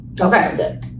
Okay